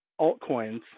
altcoins